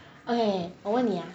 okay 我问你 ah